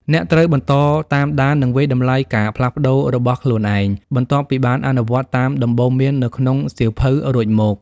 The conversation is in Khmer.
អ្នកត្រូវបន្តតាមដាន និងវាយតម្លៃការផ្លាស់ប្តូររបស់ខ្លួនឯង បន្ទាប់ពីបានអនុវត្តតាមដំបូន្មាននៅក្នុងសៀវភៅរួចមក។